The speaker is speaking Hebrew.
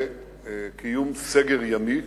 לקיום סגר ימי,